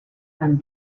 and